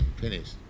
finish